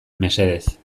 mesedez